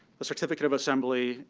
a certificate of assembly.